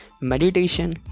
meditation